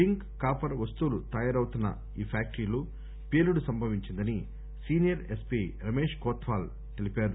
zinc copper వస్తువులు తయారవుతున్న ఈ ఫ్యాక్టరీలో పేలుడు సంభవించిందని సీనియర్ ఎస్పీ రమేష్ కొత్వాల్ తెలిపారు